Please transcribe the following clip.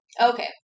Okay